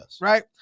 right